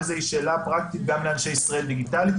וזו שאלה פרקטית גם לאנשי “ישראל דיגיטלית”,